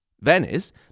Venice